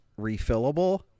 refillable